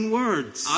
words